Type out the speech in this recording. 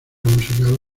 musical